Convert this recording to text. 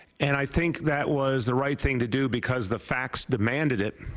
and i think that was the right thing to do because the facts demanded it.